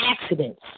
accidents